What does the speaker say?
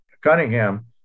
Cunningham